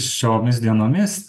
šiomis dienomis